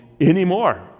anymore